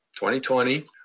2020